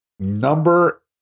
Number